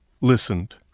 listened